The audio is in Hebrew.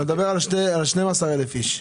אתה מדבר על 12,000 איש.